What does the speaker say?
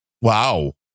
Wow